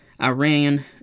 Iran